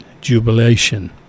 jubilation